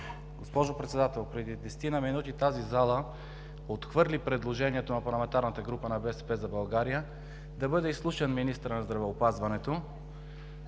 Госпожо Председател, преди десетина минути тази зала отхвърли предложението на парламентарната група на „БСП за България“ да бъде изслушан министърът на здравеопазването.